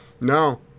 No